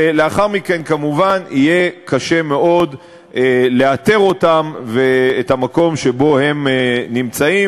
ולאחר מכן כמובן יהיה קשה מאוד לאתר אותם ואת המקום שבו הם נמצאים,